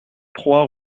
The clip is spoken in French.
trois